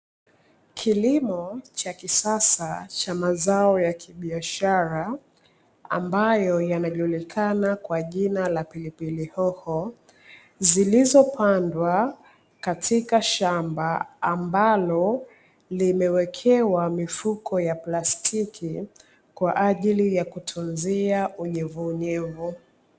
Kilimo cha kisasa cha mazao ya kibiashara, ambayo yanajulikana kwa jina la pilipili hoho zilizopandwa katika shamba ambalo limewekewa mifuko ya plastiki kwa ajili ya kutunzia unyevu unyevu.